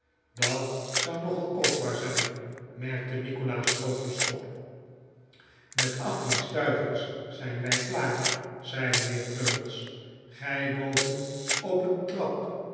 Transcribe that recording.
dat zou nogal kostbaar zijn merkte ninikolaas laatste optreden kolaas droogjes op met achttien stuivers zijn wij klaar zei mijnheer crummies gij boven op een trap